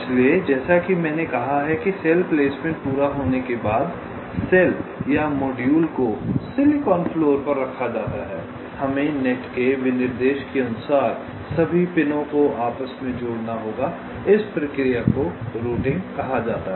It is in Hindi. इसलिए जैसा कि मैंने कहा है कि सेल प्लेसमेंट पूरा होने के बाद सेल या मॉड्यूल को सिलिकॉन फ्लोर पर रखा जाता है हमें नेट के विनिर्देश के अनुसार सभी पिनों को आपस में जोड़ना होगा इस प्रक्रिया को रूटिंग कहा जाता है